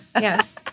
yes